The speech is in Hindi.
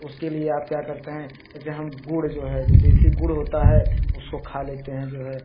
तो उसके लिए आप क्या करते हैं जैसे हम गुड़ जो है जो देशी गुड़ होता है उसको खा लेते हैं जो है